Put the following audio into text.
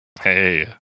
Hey